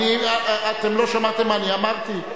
אתם לא שמעתם מה אני אמרתי?